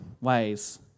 ways